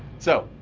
so,